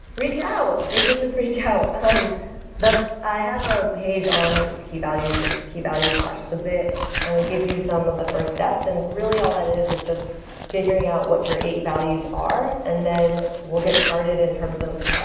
reach out. they should just reach out. ah um i have a page on key values, it's keyvalues submit. um it gives you some of the first steps, and really all that is is just figuring out what your eight values are, and then we'll get started in terms of